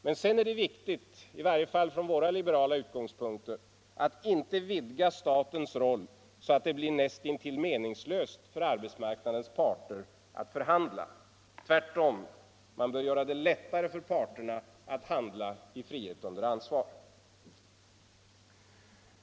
Men sedan är det viktigt, i varje fall från våra liberala utgångspunkter, att inte vidga statens roll så att det blir nästintill meningslöst för arbetsmarknadens parter att förhandla. Tvärtom, man bör göra det lättare för parterna att handla i frihet under ansvar.